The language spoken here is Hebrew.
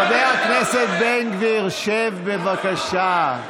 חבר הכנסת בן גביר, שב, בבקשה.